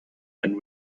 and